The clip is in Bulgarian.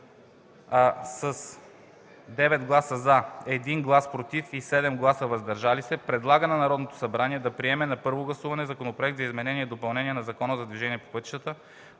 с 9 гласа „за”, 1 глас „против” и 7 гласа „въздържали се”, предлага на Народното събрание да приеме на първо гласуване Законопроект за изменение и допълнение на Закона за движението по пътищата,